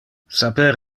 saper